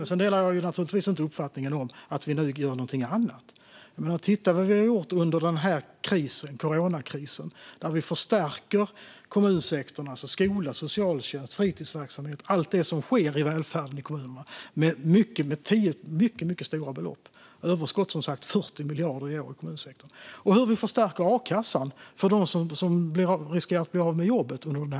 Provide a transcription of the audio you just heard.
Men jag delar naturligtvis inte uppfattningen att vi nu gör någonting annat. Titta vad vi har gjort under coronakrisen, där vi förstärker kommunsektorn, alltså skola, socialtjänst och fritidsverksamhet! Det är allt det som sker i välfärden i kommunerna, och vi förstärker det med mycket stora belopp. Överskotten är som sagt 40 miljarder i år i kommunsektorn. Och titta på hur vi förstärker a-kassan för dem som riskerar att bli av med jobbet under krisen!